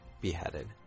beheaded